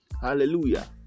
Hallelujah